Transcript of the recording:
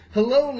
Hello